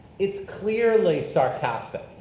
it's clearly sarcastic,